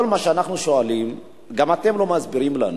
כל מה שאנחנו שואלים, גם אתם לא מסבירים לנו,